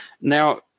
Now